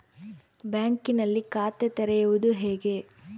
ಬ್ಯಾಂಕಿನಲ್ಲಿ ಖಾತೆ ತೆರೆಯುವುದು ಹೇಗೆ?